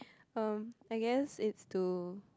um I guess it's to